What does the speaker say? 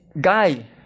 guy